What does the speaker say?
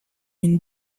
une